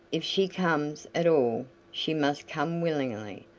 if she comes at all she must come willingly.